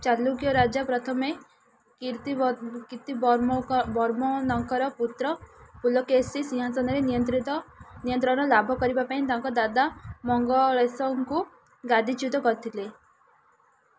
ଚାଲୁକ୍ୟ ରାଜା ପ୍ରଥମ କୀର୍ତ୍ତିବର୍ମନଙ୍କର ପୁତ୍ର ପୁଲକେଶୀ ସିଂହାସନର ନିୟନ୍ତ୍ରଣ ଲାଭ କରିବା ପାଇଁ ତାଙ୍କ ଦାଦା ମଙ୍ଗଳେଶଙ୍କୁ ଗାଦିଚ୍ୟୁତ କରିଥିଲେ